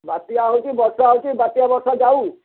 ବାତ୍ୟା ହେଉଛି ବର୍ଷା ହେଉଛି ବାତ୍ୟା ବର୍ଷା ଯାଉ